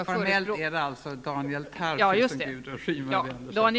Formellt är det alltså Daniel Tarschys som Gudrun Schyman vänder sig till.